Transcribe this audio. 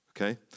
Okay